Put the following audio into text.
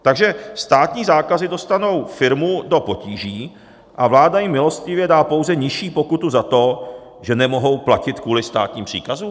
Takže státní zákazy dostanou firmu do potíží a vláda jim milostivě dá pouze nižší pokutu za to, že nemohou platit kvůli státním příkazům?